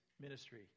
ministry